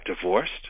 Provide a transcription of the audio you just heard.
divorced